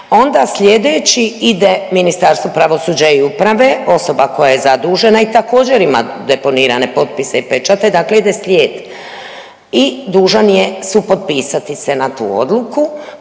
Onda slijedeći ide Ministarstvu pravosuđa i uprave, osoba koja je zadužena i također ima deponirane potpise i pečate, dakle ide slijed i dužan je supotpisati se na tu odluku,